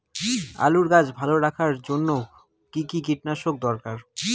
আলুর গাছ ভালো মতো রাখার জন্য কী কী কীটনাশক দরকার?